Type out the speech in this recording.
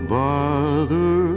bother